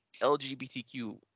LGBTQ